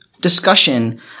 discussion